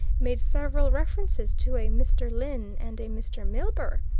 made several references to a mr. lyne' and a mr. milburgh'!